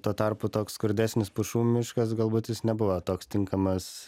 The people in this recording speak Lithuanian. tuo tarpu toks skurdesnis pušų miškas galbūt jis nebuvo toks tinkamas